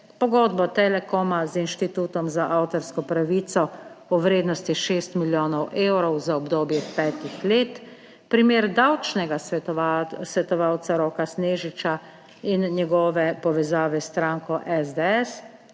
pogodbo Telekoma z Inštitutom za avtorsko pravico v vrednosti 6 milijonov evrov za obdobje petih let, primer davčnega svetovalca Roka Snežiča in njegove povezave s stranko SDS